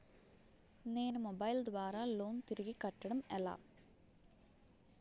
నేను మొబైల్ ద్వారా లోన్ తిరిగి కట్టడం ఎలా?